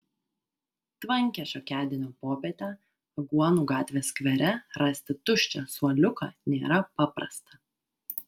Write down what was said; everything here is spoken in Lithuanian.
tvankią šiokiadienio popietę aguonų gatvės skvere rasti tuščią suoliuką nėra paprasta